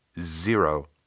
Zero